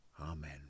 Amen